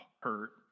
hurt